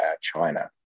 China